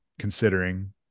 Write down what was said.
Considering